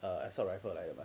err assault rifle 来的吧